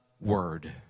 word